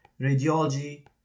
radiology